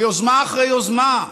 ביוזמה אחרי יוזמה,